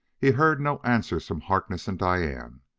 he heard no answer from harkness and diane,